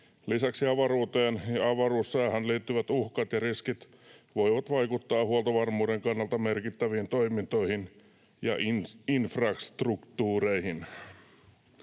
Lisäksi avaruuteen ja avaruussäähän liittyvät uhkat ja riskit voivat vaikuttaa huoltovarmuuden kannalta merkittäviin toimintoihin ja infrastruktuureihin.